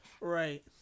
Right